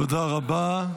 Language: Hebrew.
תודה רבה.